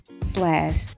slash